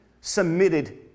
submitted